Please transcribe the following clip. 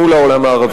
מול העולם הערבי.